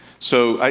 so,